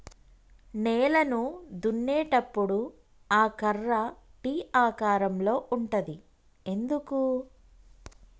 నేలను దున్నేటప్పుడు ఆ కర్ర టీ ఆకారం లో ఉంటది ఎందుకు?